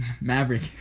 Maverick